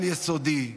על-יסודי,